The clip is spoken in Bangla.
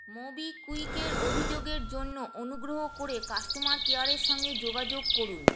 মোবিকুইকের অভিযোগের জন্য অনুগ্রহ করে কাস্টমার কেয়ারের সঙ্গে যোগাযোগ করুন